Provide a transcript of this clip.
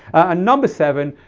and number seven,